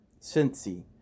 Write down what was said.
Cincy